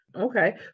Okay